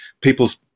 people's